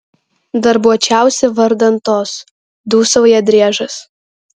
darbuočiausi vardan tos dūsauja driežas